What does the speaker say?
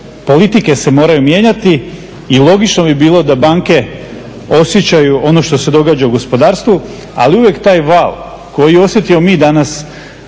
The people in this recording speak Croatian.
politike se moraju mijenjati i logično bi bilo da banke osjećaju ono što se događa u gospodarstvu, ali uvijek taj val koji osjetimo mi danas